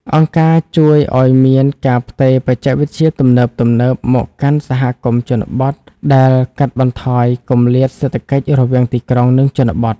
អង្គការជួយឱ្យមានការផ្ទេរបច្ចេកវិទ្យាទំនើបៗមកកាន់សហគមន៍ជនបទ ដែលកាត់បន្ថយគម្លាតសេដ្ឋកិច្ចរវាងទីក្រុង និងជនបទ។